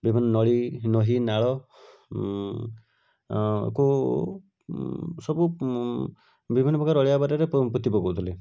ବିଭିନ୍ନ ନଳୀ ନଈନାଳ ଅଁ କୁ ସବୁ ବିଭିନ୍ନ ପ୍ରକାର ଅଳିଆ ଆବେରାରେ ପୋତି ପକଉଥିଲେ